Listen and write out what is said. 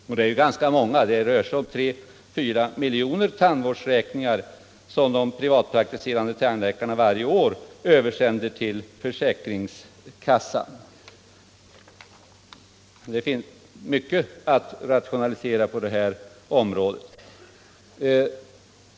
Dessa är ganska många — det rör sig om 34 miljoner tandvårdsräkningar, som de privatpraktiserande tandläkarna varje år översänder till försäkringskassan. Det finns sålunda mycket att rationalisera på det här området.